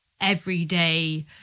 everyday